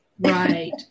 Right